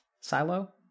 silo